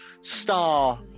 star